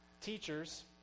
teachers